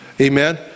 amen